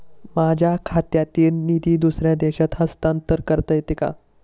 माझ्या खात्यातील निधी दुसऱ्या देशात हस्तांतर करता येते का?